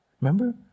Remember